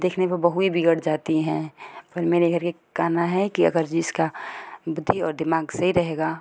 देखने पे बहुएँ बिगड़ जाती हैं पर मेरे घर के कहना है कि अगर जिसका बुद्धि और दिमाग सही रहेगा